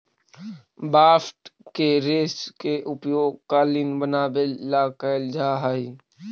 bast के रेश के उपयोग कालीन बनवावे ला कैल जा हई